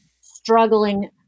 struggling